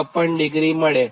54° મળે